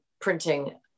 printing